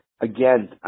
again